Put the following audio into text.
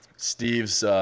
Steve's